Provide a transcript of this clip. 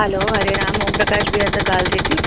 हलो हरे राम ओम प्रकाश भैया सां ॻाल्हि थिए थी